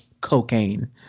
cocaine